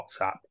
WhatsApp